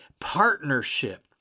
partnership